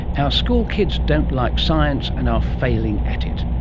our schoolkids don't like science and are failing at it.